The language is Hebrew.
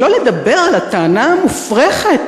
שלא לדבר על הטענה המופרכת,